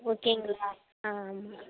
ஓகேங்களா ஆ ஆமாம்